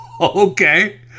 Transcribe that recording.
Okay